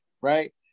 right